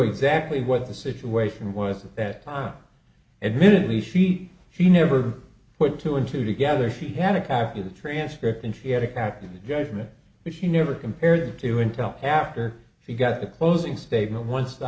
exactly what the situation was at that time and when he she she never put two and two together she had a copy of the transcript and she had a captive judgment but she never compared to intel after she got the closing statement once the